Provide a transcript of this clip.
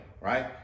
right